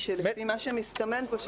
ממה שמסתמן פה,